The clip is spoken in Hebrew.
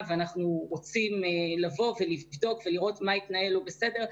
ואנחנו רוצים לבדוק ולראות מה התנהל לא בסדר.